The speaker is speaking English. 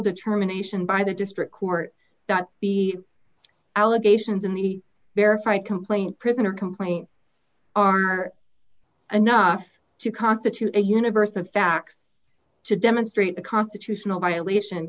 determination by the district court that the allegations in the verify complaint prisoner complaint are enough to constitute a universe of facts to demonstrate a constitutional violation